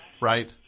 Right